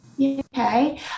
Okay